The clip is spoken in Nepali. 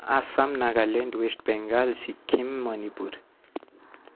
असम नागाल्यान्ड वेस्ट बेङ्गल सिक्किम मणिपुर